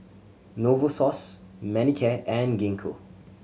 Novosource Manicare and Gingko